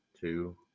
two